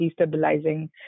destabilizing